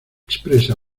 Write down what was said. expresa